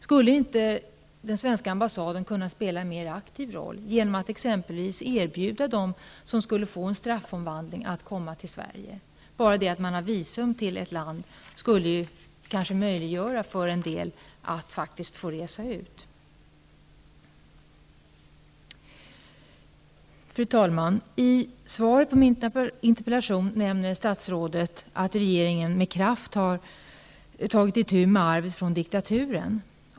Skulle inte den svenska ambassaden kunna spela en mer aktiv roll genom att exempelvis erbjuda dem som skulle få en straffomvandling att komma till Sverige? Bara det faktum att man har visum till ett land skulle kanske möjliggöra för en del personer att få resa ut. Fru talman! I svaret på min interpellation nämner statsrådet att regeringen med kraft har tagit itu med arvet från diktaturen.